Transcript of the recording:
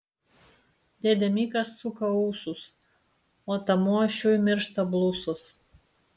dėdė mikas suka ūsus o tamošiui miršta blusos